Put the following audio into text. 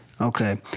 Okay